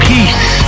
Peace